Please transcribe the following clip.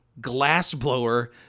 glassblower